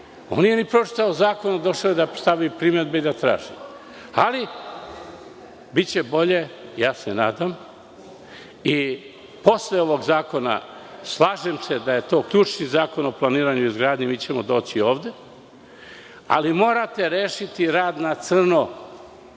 On nije ni pročitao zakon, a došao je da stavi primedbe i da traži. Ali, biće bolje, nadam se posle ovog zakona. Slažem se da je to ključni zakon o planiranju i izgradnji, mi ćemo doći ovde, ali morate rešiti rad na